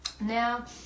Now